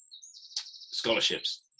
scholarships